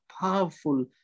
powerful